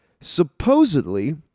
Supposedly